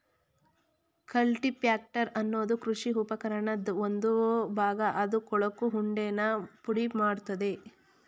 cultipacker ಅನ್ನೋದು ಕೃಷಿ ಉಪಕರಣದ್ ಒಂದು ಭಾಗ ಅದು ಕೊಳಕು ಉಂಡೆನ ಪುಡಿಮಾಡ್ತದೆ